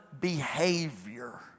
behavior